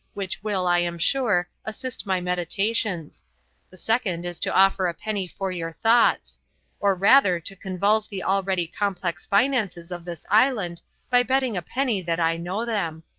which will, i am sure, assist my meditations the second is to offer a penny for your thoughts or rather to convulse the already complex finances of this island by betting a penny that i know them.